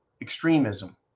extremism